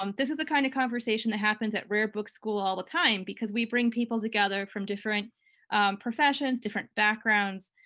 um this is the kind of conversation that happens at rare book school all the time because we bring people together from different professions, different backgrounds,